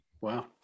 Wow